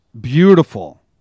beautiful